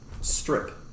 strip